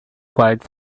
quiet